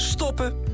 Stoppen